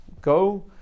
Go